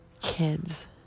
kids